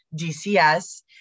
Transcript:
DCS